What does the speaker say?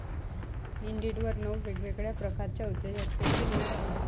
इंडिडवर नऊ वेगवेगळ्या प्रकारच्या उद्योजकतेची नोंद आहे